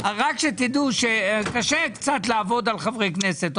רק שתדעו שקשה קצת לעבוד על חברי הכנסת.